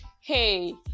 Hey